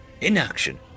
inaction